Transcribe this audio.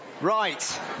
Right